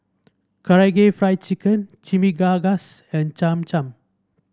Karaage Fried Chicken Chimichangas and Cham Cham